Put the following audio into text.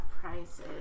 prices